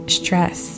stress